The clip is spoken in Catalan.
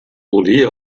volia